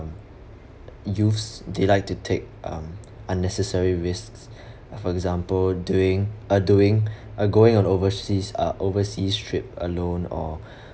um youths they like to take um unnecessary risks uh for example doing uh doing uh going on overseas uh overseas trip alone or